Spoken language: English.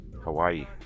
hawaii